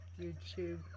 YouTube